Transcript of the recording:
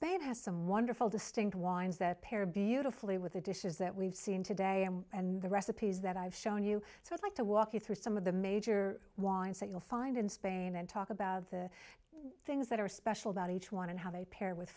spain has some wonderful distinct wines that pair beautifully with the dishes that we've seen today and the recipes that i've shown you so i'd like to walk you through some of the major wines that you'll find in spain and talk about the things that are special about each one and how they pair with